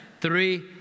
three